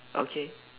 okay